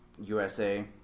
USA